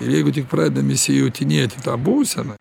ir jeigu tik pradedam įsijautinėt į tą būseną